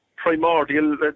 primordial